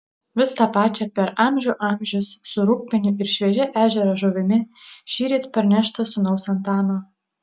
vis tą pačią per amžių amžius su rūgpieniu ir šviežia ežero žuvimi šįryt parnešta sūnaus antano